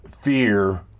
fear